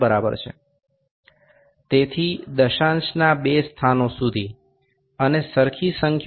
অতএব আমরা দশমিকের পরে দুই ঘর পর্যন্ত এবং জোড় সংখ্যা দেখতে পারি